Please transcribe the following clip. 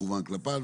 מכוון כלפיו,